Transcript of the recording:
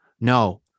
No